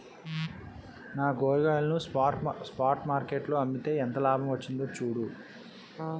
నా కూరగాయలను spot market లో అమ్మితే ఎంత లాభం వచ్చిందో చూడు